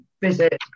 visit